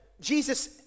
Jesus